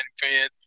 fan